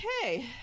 Okay